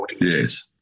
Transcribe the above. Yes